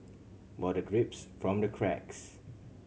water drips from the cracks